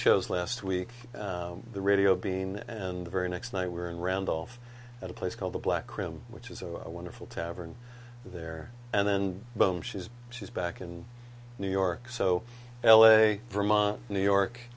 shows last week the radio bean and the very next night we were in randolph at a place called the black room which is a wonderful tavern there and then boom she's she's back in new york so l a vermont new york